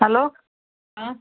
हलो हा